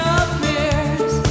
appears